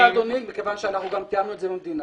אנחנו מארגנים את כל הקבוצות,